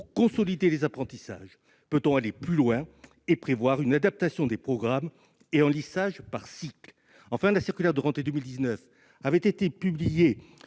pour consolider les apprentissages. Peut-on aller plus loin et prévoir une adaptation des programmes et un lissage par cycle ? Enfin, la circulaire de rentrée 2019 avait été publiée